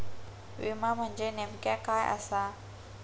विमा म्हणजे नेमक्या काय आसा?